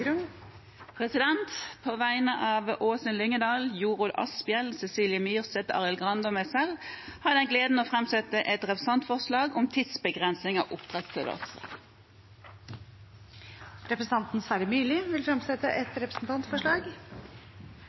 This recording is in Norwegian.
På vegne av Åsunn Lyngedal, Jorodd Asphjell, Cecilie Myrseth, Arild Grande og meg selv har jeg gleden av å framsette et representantforslag om tidsbegrensing av oppdrettstillatelser. Representanten Sverre Myrli vil fremsette et representantforslag.